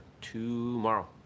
tomorrow